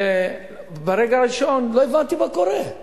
ברגע הראשון לא הבנתי מה קורה.